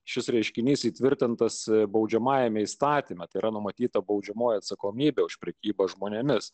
šis reiškinys įtvirtintas baudžiamajame įstatyme tai yra numatyta baudžiamoji atsakomybė už prekybą žmonėmis